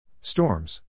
Storms